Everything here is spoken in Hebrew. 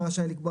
השר רשאי לקבוע,